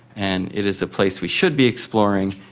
and it is a place we should be exploring,